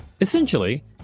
Essentially